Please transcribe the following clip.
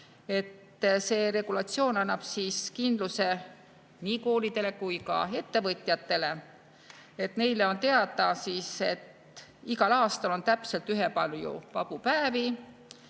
see regulatsioon annab kindluse nii koolidele kui ka ettevõtjatele: neile on teada, et igal aastal on täpselt ühepalju vabu päevi.